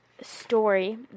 story